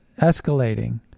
escalating